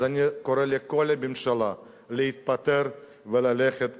אז אני קורא לכל הממשלה להתפטר וללכת הביתה.